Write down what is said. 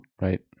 Right